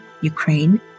Ukraine